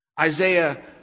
Isaiah